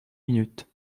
minutes